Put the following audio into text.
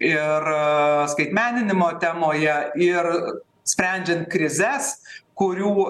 ir skaitmeninimo temoje ir sprendžiant krizes kurių